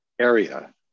area